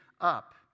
up